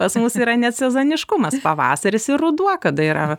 pas mus yra net sezoniškumas pavasaris ir ruduo kada yra